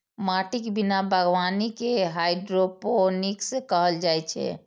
माटिक बिना बागवानी कें हाइड्रोपोनिक्स कहल जाइ छै